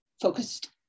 focused